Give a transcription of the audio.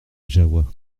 jahoua